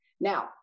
Now